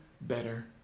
better